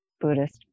buddhist